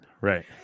right